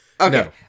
Okay